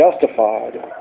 justified